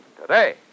today